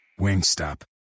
Wingstop